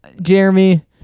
Jeremy